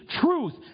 truth